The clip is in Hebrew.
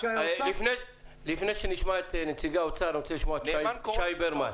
לפני שנשמע את נציגי האוצר אני רוצה לשמוע את שי ברמן.